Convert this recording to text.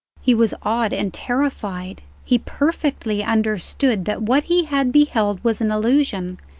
he was awed and terrified. he perfectly under stood that what he had beheld was an illusion,